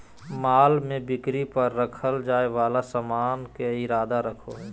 माल में बिक्री पर रखल जाय वाला सामान के इरादा रखो हइ